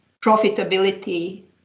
profitability